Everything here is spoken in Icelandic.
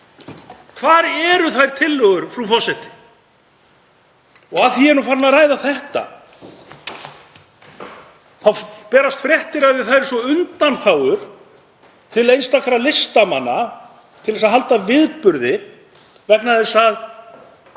Hvar eru þær tillögur, frú forseti? Og af því að ég er farinn að ræða þetta þá berast fréttir af því að það eru gefnar undanþágur til einstakra listamanna til að halda viðburði vegna þess að